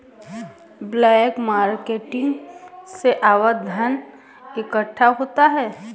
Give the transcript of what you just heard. black marketing से अवैध धन इकट्ठा होता है